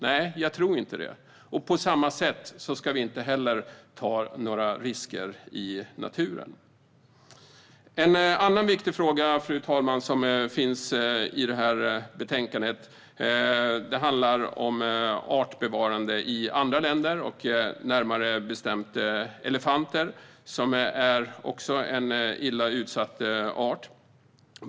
Nej, jag tror inte det. På samma sätt ska vi inte heller ta några risker i naturen. En annan viktig fråga, fru talman, i betänkandet handlar om artbevarande i andra länder, närmare bestämt elefanter som också är en illa utsatt art.